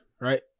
right